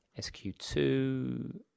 SQ2